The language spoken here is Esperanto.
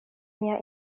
mia